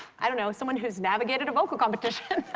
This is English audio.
i don't know, someone who's navigated a vocal competition.